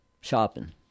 shopping